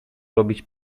robić